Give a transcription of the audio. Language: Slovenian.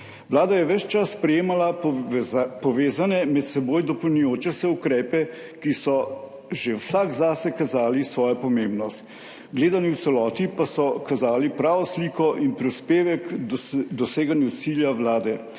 Vlada je ves čas sprejemala povezane, med seboj dopolnjujoče se ukrepe, ki so že vsak zase kazali svojo pomembnost. Gledano v celoti pa so kazali pravo sliko in prispevek k doseganju cilja Vlade,